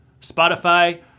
Spotify